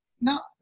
No